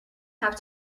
have